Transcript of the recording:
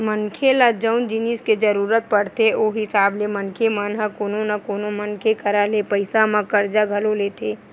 मनखे ल जउन जिनिस के जरुरत पड़थे ओ हिसाब ले मनखे मन ह कोनो न कोनो मनखे करा ले पइसा म करजा घलो लेथे